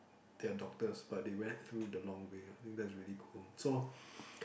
they are doctors but they went through the long way I think that's really cool so